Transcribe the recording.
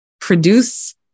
produce